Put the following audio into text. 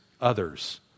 others